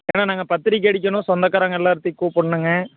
ஏனால் நாங்கள் பத்திரிக்கை அடிக்கணும் சொந்தக்காரங்கள் எல்லாத்தையும் கூப்பிட்ணுங்க